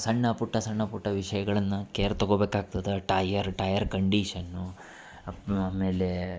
ಸಣ್ಣ ಪುಟ್ಟ ಸಣ್ಣ ಪುಟ್ಟ ವಿಷಯಗಳನ್ನ ಕೇರ್ ತಗೊಬೇಕಾಗ್ತದ ಟಯರ್ ಟಯರ್ ಕಂಡೀಷನ್ನು ಅಪ್ ಆಮೇಲೆ